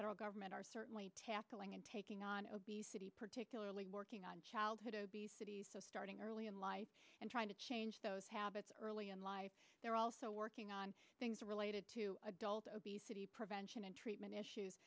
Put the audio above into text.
federal government are certainly tackling and taking on obesity particularly working on childhood obesity so starting early in life and trying to change those habits early in life they're also working on things related to adult obesity prevention and treatment issues